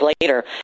later